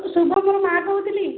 ଶୁଭମର ମାଁ କହୁଥିଲି